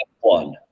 one